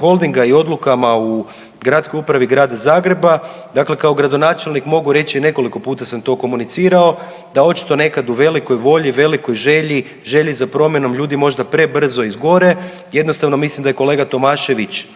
Holdinga i o odlukama u Gradskoj upravi grada Zagreba, dakle kao gradonačelnik mogu reći, nekoliko puta sam to komunicirao, da očito nekad u velikoj volji, velikoj želji, želji za promjenom ljudi možda prebrzo izgore, jednostavno mislim da je kolega Tomašević